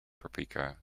paprika